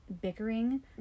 bickering